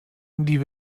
die